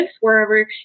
wherever